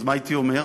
אז מה הייתי אומר?